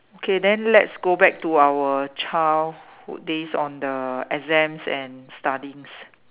okay then let's go back to our childhood days on the exams and studies